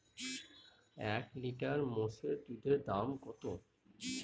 এক লিটার মোষের দুধের দাম কত হতেপারে?